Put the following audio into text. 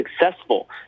successful